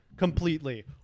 completely